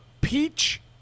peach